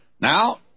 Now